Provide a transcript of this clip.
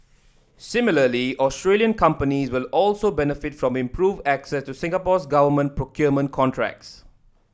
similarly Australian companies will also benefit from improved access to Singapore's government procurement contracts